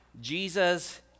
Jesus